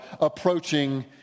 approaching